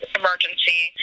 emergency